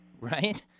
Right